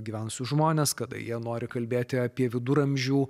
gyvenusius žmones kada jie nori kalbėti apie viduramžių